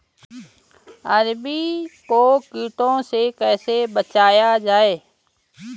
अरबी को कीटों से कैसे बचाया जाए?